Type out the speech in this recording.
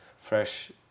fresh